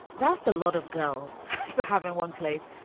that's a lot of girls to have in one place.